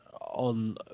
on